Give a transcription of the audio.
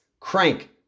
Crank